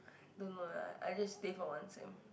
don't know lah I just stay for one sem